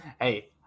Hey